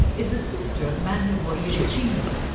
is a sister of mandawuy yunipingu,